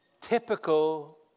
Typical